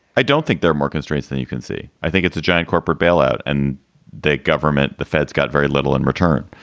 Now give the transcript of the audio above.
i don't think they're more constraints than you can see. i think it's a giant corporate bailout. and the government the fed's got very little in return.